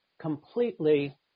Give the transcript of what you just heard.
completely